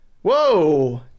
Whoa